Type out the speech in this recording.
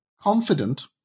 confident